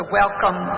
welcome